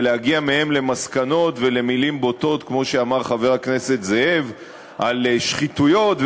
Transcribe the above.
ולהגיע מהם למסקנות ולמילים בוטות כמו שאמר חבר הכנסת זאב על שחיתויות,